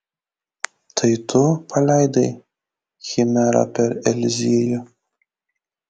tai tu paleidai chimerą per eliziejų